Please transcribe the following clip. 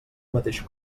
mateix